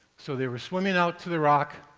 so, they were swimming out to the rock.